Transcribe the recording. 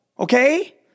Okay